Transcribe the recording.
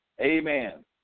Amen